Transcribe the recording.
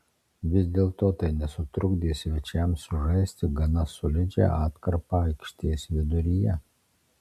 vis dėlto tai nesutrukdė svečiams sužaisti gana solidžią atkarpą aikštės viduryje